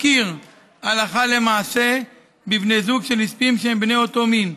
מכיר הלכה למעשה בבני זוג של נספים שהם בני אותו מין,